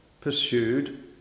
pursued